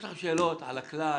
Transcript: יש לכם שאלות על הכלל,